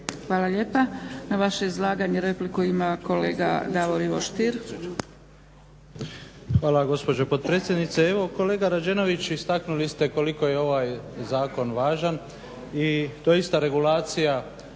Hvala lijepa. Na vaše izlaganje repliku ima kolega Davor Ivo Stier. **Stier, Davor Ivo (HDZ)** Hvala gospođo potpredsjednice. Evo kolega Rađenović istaknuli ste koliko je ovaj zakon važan i to je ista regulacija